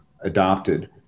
adopted